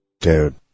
Dude